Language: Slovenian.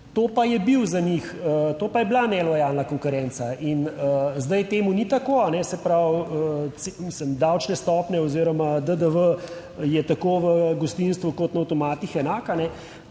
to pa je bil za njih, to pa je bila nelojalna konkurenca in zdaj temu ni tako. Se pravi, mislim davčne stopnje oziroma DDV je tako v gostinstvu kot na avtomatih enaka,